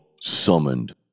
summoned